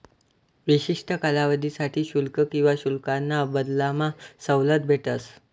विशिष्ठ कालावधीसाठे शुल्क किवा शुल्काना बदलामा सवलत भेटस